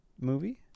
movie